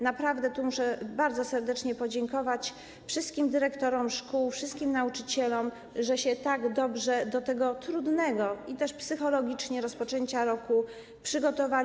Naprawdę tu muszę bardzo serdecznie podziękować wszystkim dyrektorom szkół, wszystkim nauczycielom, że się tak dobrze do tego trudnego, też psychologicznie, rozpoczęcia roku przygotowali.